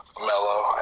mellow